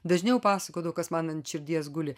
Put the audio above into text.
dažniau pasakodavau kas man ant širdies guli